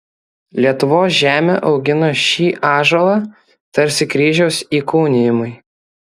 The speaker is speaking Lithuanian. lietuvos žemė augino šį ąžuolą tarsi kryžiaus įkūnijimui